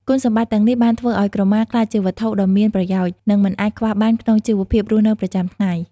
គុណសម្បត្តិទាំងនេះបានធ្វើឱ្យក្រមាក្លាយជាវត្ថុដ៏មានប្រយោជន៍ និងមិនអាចខ្វះបានក្នុងជីវភាពរស់នៅប្រចាំថ្ងៃ។